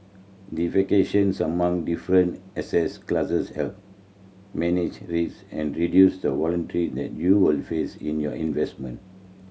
diversification among different asset classes help manage risk and reduce the volatility that you will face in your investments